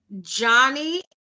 Johnny